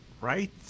right